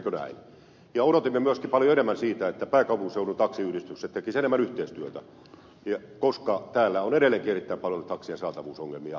odotimme myöskin paljon enemmän siitä että pääkaupunkiseudun taksiyhdistykset tekisivät enemmän yhteistyötä koska täällä on edelleenkin erittäin paljon taksien saatavuusongelmia muulloinkin kuin pikkujouluöinä